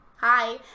Hi